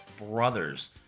Brothers